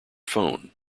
phone